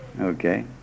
Okay